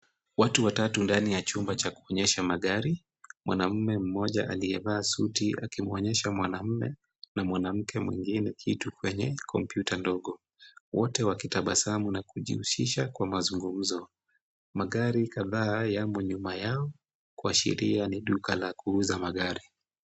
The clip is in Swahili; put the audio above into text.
Watu watatu ndani ya chumba cha kuonyesha magari, mwanamume mmoja aliyevaa suti akiwaonyesha mwanamume na mwanamke mwengine kitu kwenye kompyuta ndogo, wote wakitabasamu na kujihusisha kwa mazungumzo. Magari kadhaa yamo nyuma yao kuashiria ni duka la kuuza magari.